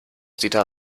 dieter